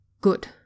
Good